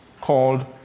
called